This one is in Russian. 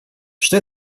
что